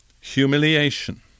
humiliation